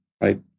right